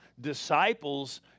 Disciples